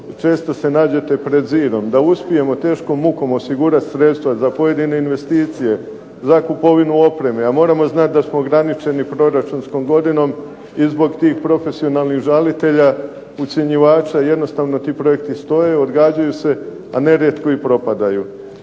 često se nađete pred zidom, da uspijemo teškom mukom osigurati sredstva za pojedine investicije, za kupovinu opreme, a moramo znati da smo ograničeni proračunskom godinom i zbog tih profesionalnih žalitelja, ucjenjivača jednostavno ti projekti stoje, odgađaju se, a nerijetko i propadaju.